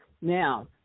Now